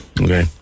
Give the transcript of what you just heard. okay